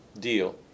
deal